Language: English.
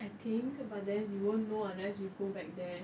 I think but then we won't know unless we go back there